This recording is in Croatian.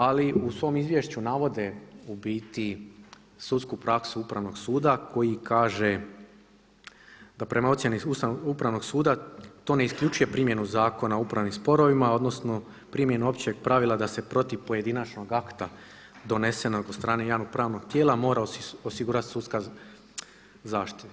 Ali u svom izvješću navode u biti sudsku praksu Upravnog suda koji kaže da prema ocjeni Upravnog suda to ne isključuje primjenu Zakona o upravnim sporovima, odnosno primjenu općeg pravila da se protiv pojedinačnog akta donesenog od strane javnog pravnog tijela mora osigurati sudska zaštita.